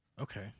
okay